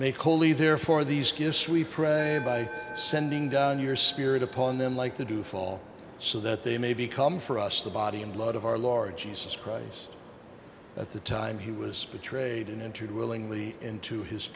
holy therefore these gifts we pray by sending down your spirit upon them like to do fall so that they may become for us the body and blood of our lord jesus christ at the time he was betrayed and entered willingly into his